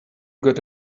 got